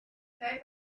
paper